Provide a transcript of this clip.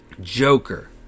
Joker